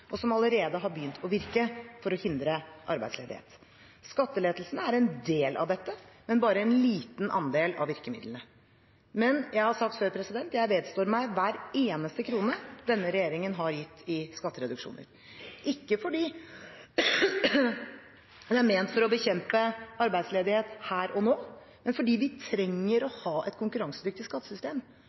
og som allerede har begynt å virke – for å hindre arbeidsledighet. Skattelettelsene er en del av dette, men bare en liten andel av virkemidlene. Jeg har sagt det før: Jeg vedstår meg hver eneste krone denne regjeringen har gitt i skattereduksjoner, ikke fordi de er ment å bekjempe arbeidsledighet her og nå, men fordi vi trenger å ha et konkurransedyktig skattesystem